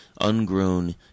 ungrown